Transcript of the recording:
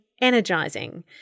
energizing